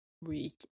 week